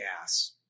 gas